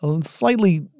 Slightly